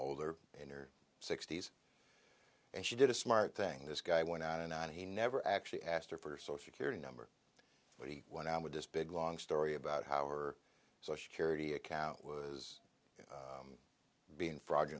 older in her sixty's and she did a smart thing this guy went on and on he never actually asked her for social security number but he went on with this big long story about how our social care to account was being fraud